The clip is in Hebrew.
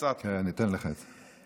כן, אני אתן לך את זה.